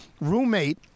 roommate